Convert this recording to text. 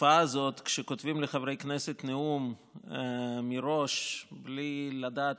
התופעה הזאת שכותבים לחברי כנסת נאום מראש בלי לדעת